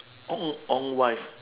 ong ong wife